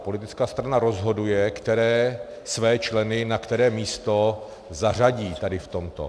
Politická strana rozhoduje, které své členy na které místo zařadí v tomto.